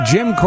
Jim